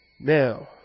Now